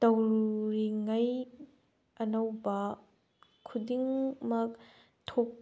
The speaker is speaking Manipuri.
ꯇꯧꯔꯤꯉꯩ ꯑꯅꯧꯕ ꯈꯨꯗꯤꯡꯃꯛ